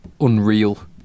unreal